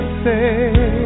say